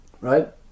right